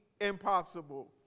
impossible